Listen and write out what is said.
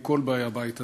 עם כל באי הבית הזה,